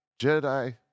Jedi